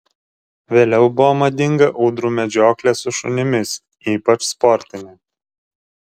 vėliau buvo madinga ūdrų medžioklė su šunimis ypač sportinė